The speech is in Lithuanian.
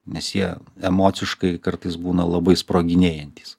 nes jie emociškai kartais būna labai sproginėjantys